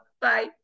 Bye